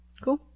Cool